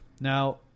Now